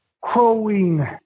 crowing